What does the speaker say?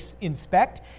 inspect